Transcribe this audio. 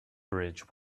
bridge